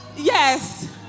Yes